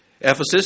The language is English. Ephesus